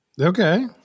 Okay